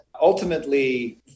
ultimately